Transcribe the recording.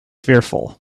fearful